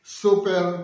super